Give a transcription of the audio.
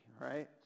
right